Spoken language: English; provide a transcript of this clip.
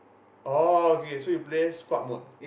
oh okay so you play squad mode